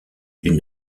d’une